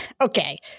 okay